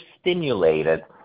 stimulated